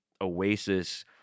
Oasis